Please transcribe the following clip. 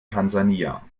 tansania